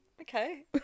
okay